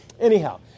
Anyhow